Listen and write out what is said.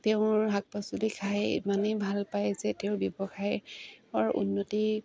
তেওঁৰ শাক পাচলি খাই ইমানেই ভাল পায় যে তেওঁৰ ব্যৱসায়ৰ উন্নতি